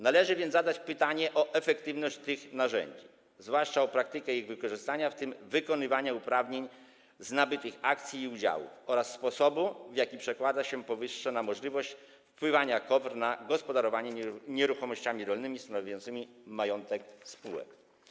Należy więc zadać pytanie o efektywność tych narzędzi, zwłaszcza o praktykę ich wykorzystywania, w tym wykonywania uprawnień z nabytych akcji i udziałów oraz sposobu, w jaki przekłada się powyższe na możliwość wpływania KOWR na gospodarowanie nieruchomościami rolnymi stanowiącymi majątek spółek.